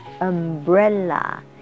umbrella